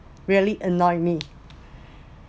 really annoyed me